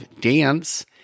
dance